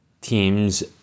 teams –